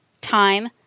Time